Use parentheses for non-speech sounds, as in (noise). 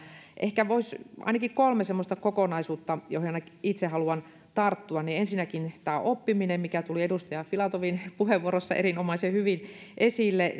ehkä voisi mainita ainakin kolme semmoista kokonaisuutta joihin ainakin itse haluan tarttua ensinnäkin tämä oppiminen mikä tuli edustaja filatovin puheenvuorossa erinomaisen hyvin esille (unintelligible)